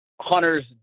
hunters